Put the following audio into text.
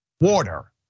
water